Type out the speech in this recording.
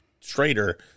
straighter